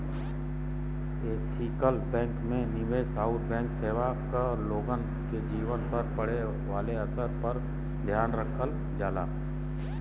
ethical bank में निवेश आउर बैंक सेवा क लोगन के जीवन पर पड़े वाले असर पर ध्यान रखल जाला